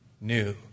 new